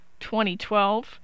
2012